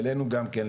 העלינו גם כן,